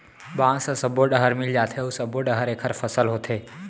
बांस ह सब्बो डहर मिल जाथे अउ सब्बो डहर एखर फसल होथे